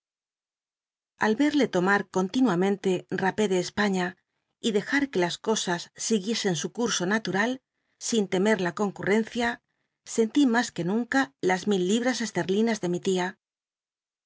al verle l omar continuamente rapé de españa y dejar que las cosas siguiesen su curso natural sin temer la concurrencia sentí mas juc nunca las mil libras esterlinas de mi tia